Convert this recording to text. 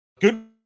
good